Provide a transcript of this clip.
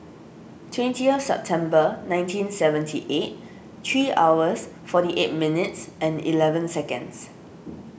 twentieth September nineteen seventy eight three hours forty eight minutes and eleven seconds